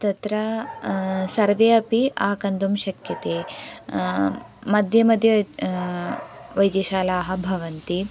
तत्र सर्वे अपि आगन्तुम् शक्यन्ते मध्ये मध्ये इति वैद्यशालाः भवन्ति